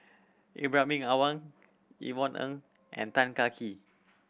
Ibrahim Awang Yvonne Ng and Tan Kah Kee